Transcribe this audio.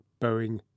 Boeing